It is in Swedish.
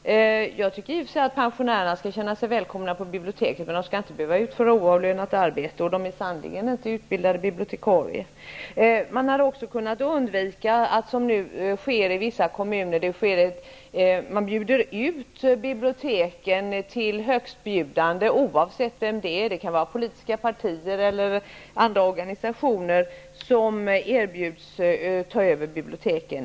I och för sig skall pensionärerna känna sig välkomna på biblioteken. Men de skall inte behöva utföra ett oavlönat arbete. Vidare är de sannerligen inte utbildade bibliotekarier. Man skulle också ha kunnat undvika att -- som sker i vissa kommuner -- bibliotek bjuds ut till högstbjudande, oavsett vem det är. Det kan ju vara politiska partier eller organisationer som erbjuds att ta över biblioteken.